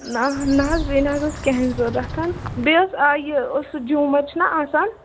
نا نا حظ وۄنۍ حظ اوس کِہیٖنۍ ضروٗرت بیٚیہِ ٲس یہِ سُہ جوٗمَر چھُنہ آسان